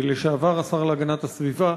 לשעבר השר להגנת הסביבה,